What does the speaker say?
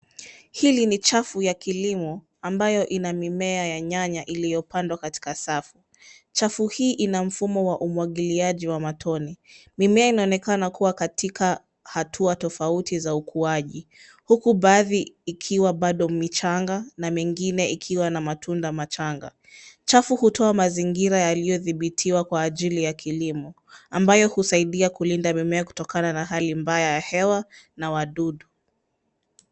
Hili ni chafu ya kilimo ambayo ina mimea ya nyanya iliyopandwa katika safu. Chafu hii ina mfumo wa umwagiliaji wa matone. Mimea inaonekana kuwa katika hatua tofauti za ukuaji huku baadhi ikiwa bado michanga na mingine ikiwa na matunda machanga. Chafu hutoa mazingira yaliyodhibitiwa kwa ajili ya kilimo ambayo husadia kulinda mimea kutokana na hali mbaya ya hewa na wadudu.